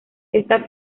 esta